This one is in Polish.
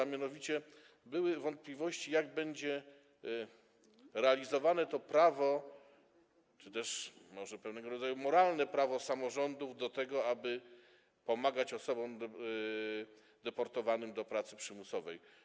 A mianowicie były wątpliwości, jak będzie realizowane to prawo czy też może pewnego rodzaju moralne prawo samorządów do tego, aby pomagać osobom deportowanym do pracy przymusowej.